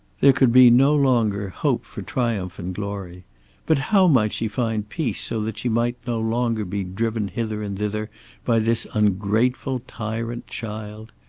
there could be no longer hope for triumph and glory but how might she find peace so that she might no longer be driven hither and thither by this ungrateful tyrant child?